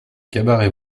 cabarets